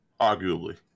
Arguably